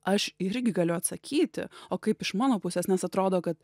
aš irgi galiu atsakyti o kaip iš mano pusės nes atrodo kad